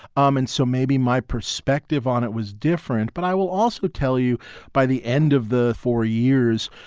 um and so maybe my perspective on it was different. but i will also tell you by the end of the four years,